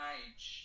age